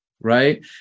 right